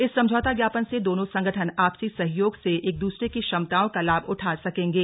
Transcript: इस समझौता ज्ञापन से दोनों संगठन आपसी सहयोग से एक दूसरे की क्षमताओं का लाभ उठा सकेंगे